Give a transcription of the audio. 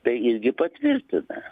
tai irgi patvirtina